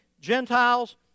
Gentiles